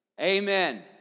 amen